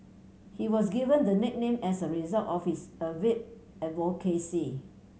he was given the nickname as a result of his avid advocacy